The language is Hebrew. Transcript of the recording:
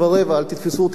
אל תתפסו אותי במלה.